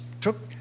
took